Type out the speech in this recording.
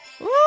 Woo